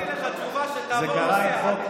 ענית לך תשובה שתעבור נושא.